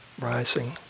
rising